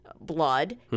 blood